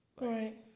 right